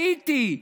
הייתי,